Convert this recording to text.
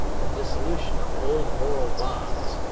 the dissolution of old moral bonds,